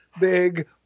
big